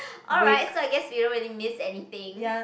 alright so I guess you don't really miss anything